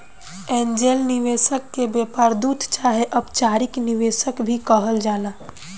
angel निवेशक के व्यापार दूत चाहे अपचारिक निवेशक भी कहल जाला